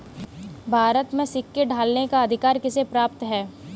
भारत में सिक्के ढालने का अधिकार किसे प्राप्त है?